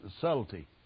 subtlety